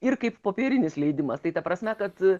ir kaip popierinis leidimas tai ta prasme kad